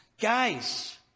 guys